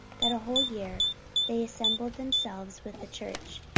that a whole year they assembled themselves with the church,